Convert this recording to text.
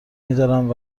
میدارند